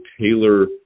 tailor